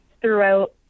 throughout